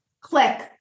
click